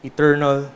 Eternal